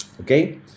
okay